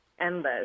endless